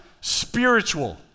spiritual